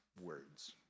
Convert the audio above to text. words